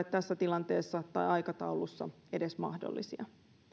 tässä tilanteessa tai aikataulussa edes mahdollisia